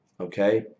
okay